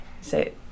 say